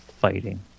fighting